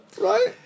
Right